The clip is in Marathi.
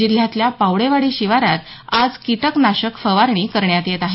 जिल्ह्यातल्या पावडेवाडी शिवारात आज किटक नाशक फवारणी करण्यात येत आहे